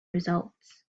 results